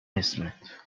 اسمت